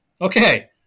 Okay